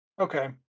okay